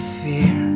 fear